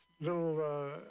little